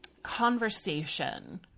conversation